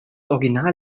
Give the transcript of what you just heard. original